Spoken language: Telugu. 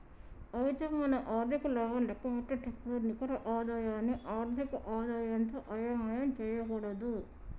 అయితే మనం ఆర్థిక లాభం లెక్కపెట్టేటప్పుడు నికర ఆదాయాన్ని ఆర్థిక ఆదాయంతో అయోమయం చేయకూడదు